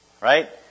right